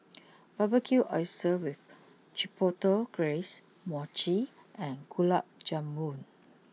Barbecued Oysters with Chipotle Glaze Mochi and Gulab Jamun